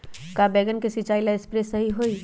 का बैगन के सिचाई ला सप्रे सही होई?